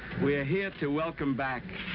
we are here to welcome back.